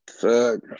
fuck